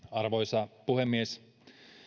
arvoisa puhemies